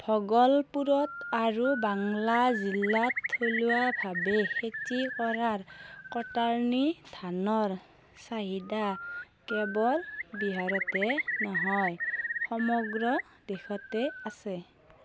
ভগলপুৰত আৰু বাংলা জিলাত থলুৱাভাৱে খেতি কৰা কটাৰ্নী ধানৰ চাহিদা কেৱল বিহাৰতে নহয় সমগ্ৰ দেশতে আছে